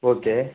okay